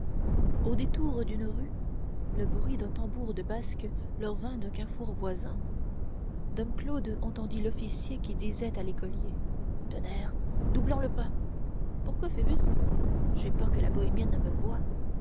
au détour d'une rue le bruit d'un tambour de basque leur vint d'un carrefour voisin dom claude entendit l'officier qui disait à l'écolier tonnerre doublons le pas pourquoi phoebus j'ai peur que la bohémienne ne me voie